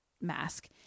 mask